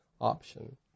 option